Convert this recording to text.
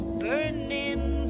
burning